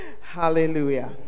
Hallelujah